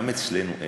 גם אצלנו אין,